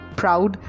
proud